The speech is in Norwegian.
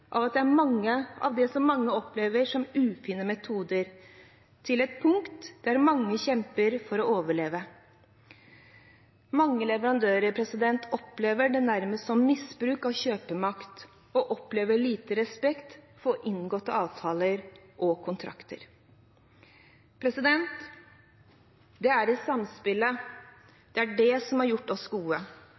av det som mange opplever som ufine metoder, til et punkt der mange kjemper for å overleve. Mange leverandører opplever det nærmest som misbruk av kjøpermakt og opplever liten respekt for inngåtte avtaler og kontrakter. Det er samspillet som har gjort oss gode,